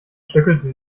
stöckelte